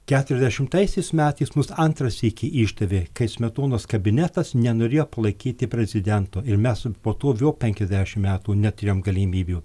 keturiasdešimtaisiais metais mus antrą sykį išdavė kai smetonos kabinetas nenorėjo palaikyti prezidento ir mes po to vėl penkiasdešim metų neturėjom galimybių